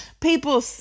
People